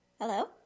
Hello